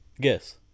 Guess